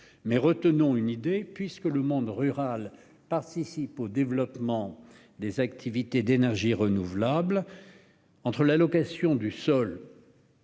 toutefois une idée : le monde rural participe au développement des activités d'énergies renouvelables. Or, entre la location du sol-